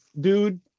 dude